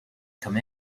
come